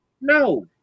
No